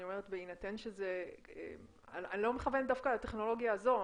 בהינתן שזה אני לא מכוונת דווקא לטכנולוגיה הזו,